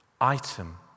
item